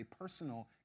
personal